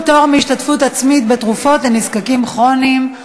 פטור מהשתתפות עצמית בתרופות לנזקקים כרוניים),